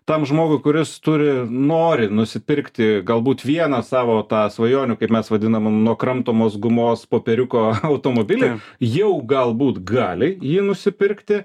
tam žmogui kuris turi nori nusipirkti galbūt vieną savo tą svajonių kaip mes vadinam nuo kramtomos gumos popieriuko automobilį jau galbūt gali jį nusipirkti